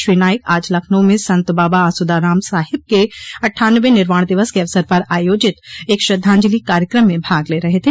श्री नाईक आज लखनऊ में संत बाबा आसुदाराम साहेब के अट्ठानवें निर्वाण दिवस के अवसर पर आयोजित एक श्रद्वाजंलि कार्यक्रम में भाग ले रहे थे